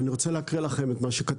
אני רוצה להקריא לכם את מה שכתבתי: